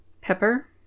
Pepper